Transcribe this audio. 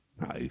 No